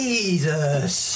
Jesus